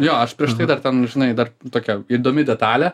jo aš prieš tai dar žinai dar tokia įdomi detalė